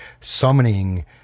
summoning